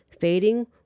fading